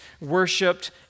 worshipped